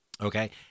Okay